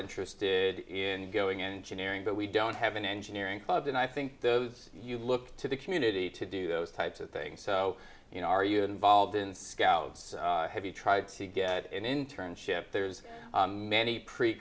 interested in going engineering but we don't have an engineering club and i think those you look to the community to do those types of things so you know are you involved in scouts have you tried to get an internship there's many pre